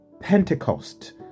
Pentecost